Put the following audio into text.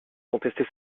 contester